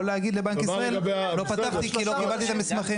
להגיד לבנק ישראל לא פתחתי כי לא קיבלתי את המסמכים.